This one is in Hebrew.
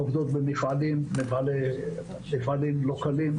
עובדות במפעלים לא קלים,